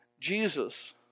Jesus